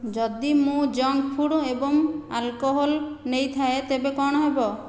ଯଦି ମୁଁ ଜଙ୍କଫୁଡ଼୍ ଏବଂ ଆଲକୋହଲ୍ ନେଇଥାଏ ତେବେ କ'ଣ ହେବ